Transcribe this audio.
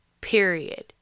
Period